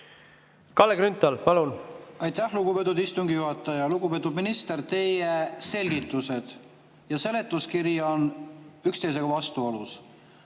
Kalle Grünthal, palun! Aitäh, lugupeetud istungi juhataja! Lugupeetud minister! Teie selgitused ja seletuskiri on üksteisega vastuolus.